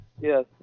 Yes